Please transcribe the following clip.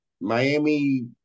Miami